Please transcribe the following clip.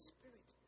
Spirit